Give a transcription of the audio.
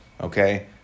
okay